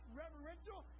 reverential